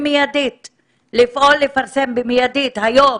לפעול לפרסם במיידית היום,